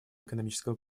экономического